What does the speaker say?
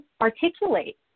articulate